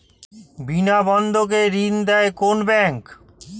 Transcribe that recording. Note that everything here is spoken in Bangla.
বিনা বন্ধকে ঋণ দেয় কোন ব্যাংক?